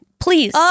Please